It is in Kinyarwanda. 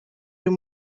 uyu